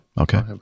Okay